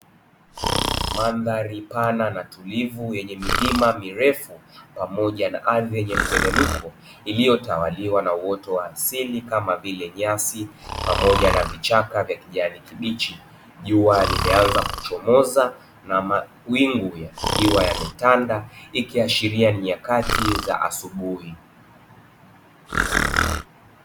Mandhari pana na tulivu yenye milima mirefu pamoja na ardhi yenye mteremko iliyotawaliwa na uoto wa asili kama vile nyasi pamoja na vichaka vya kijani kibichi. Jua limeanza kuchomoza na mawingu yakiwa yametanda ikiashiria ni nyakati za asubuhi.